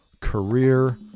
career